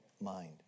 mind